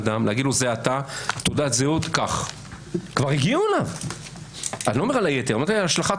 לא, אני לא מדבר רק על הכסף.